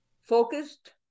Focused